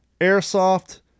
airsoft